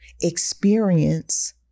experience